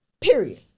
Period